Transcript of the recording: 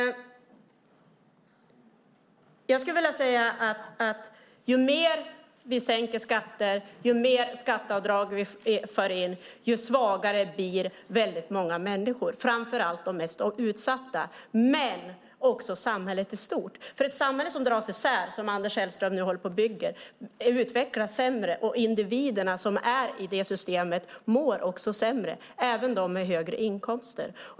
Jag skulle vilja säga: Ju mer vi sänker skatter och ju mer skatteavdrag vi för in desto svagare blir väldigt många människor, framför allt de mest utsatta, men också samhället i stort. Ett samhälle som dras isär, som Anders Sellström nu håller på och bygger, utvecklas nämligen sämre. Individerna, som är i det systemet, mår också sämre, även de med högre inkomster.